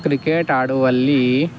cricket ಆಡುವಲ್ಲಿ